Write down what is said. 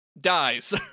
dies